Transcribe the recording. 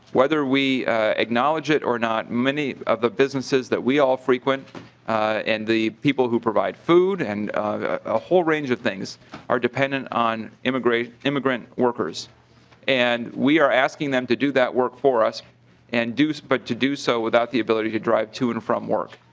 whether we acknowledge it or not many of the businesses that we are frequent and the people who provide food and a whole range of things are dependent on immigrant immigrant workers and we are asking them to do that work for us and do so but to do so without the ability drive to and from work.